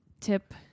tip